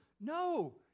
no